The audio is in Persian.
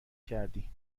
کردی